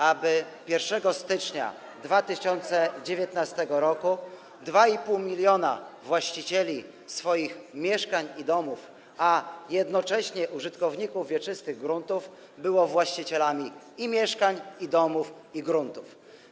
aby 1 stycznia 2019 r. 2,5 mln właścicieli swoich mieszkań i domów, a jednocześnie użytkowników wieczystych gruntów było właścicielami i mieszkań, i domów, i gruntów.